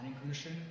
Commission